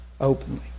Openly